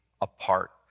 apart